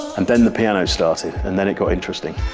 and then the pianos started, and then it got interesting.